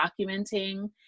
documenting